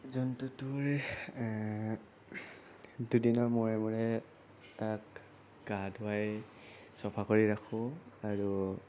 জন্তুটোৰ দুদিনৰ মূৰে মূৰে তাক গা ধোৱাই চফা কৰি ৰাখোঁ আৰু